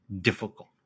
difficult